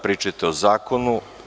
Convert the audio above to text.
Pričajte o zakonu.